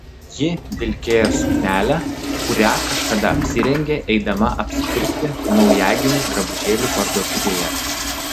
ji vilkėjo suknelę kurią kažkada apsirengė eidama apsipirkti naujagimių drabužėlių parduotuvėje